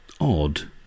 Odd